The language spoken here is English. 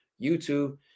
YouTube